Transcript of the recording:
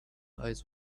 eyes